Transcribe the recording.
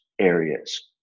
areas